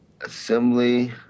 Assembly